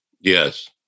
Yes